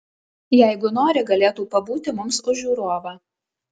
jeigu nori galėtų pabūti mums už žiūrovą